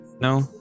No